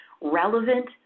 relevant